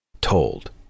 told